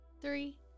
three